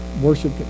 worship